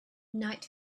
night